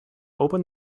opened